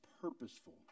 purposeful